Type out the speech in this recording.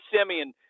Simeon